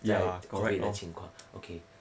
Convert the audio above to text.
家里经济的情况 okay